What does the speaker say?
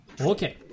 Okay